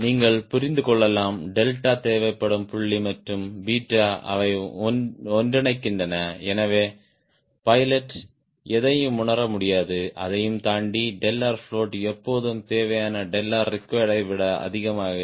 நீங்கள் புரிந்து கொள்ளலாம் டெல்டா தேவைப்படும் புள்ளி மற்றும் 𝛽 அவை ஒன்றிணைகின்றன எனவே பைலட் எதையும் உணர முடியாது அதையும் தாண்டி float எப்போதும் தேவையானrequiredவிட அதிகமாக இருக்கும்